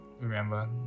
Remember